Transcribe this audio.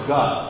God